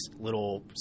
little